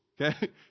okay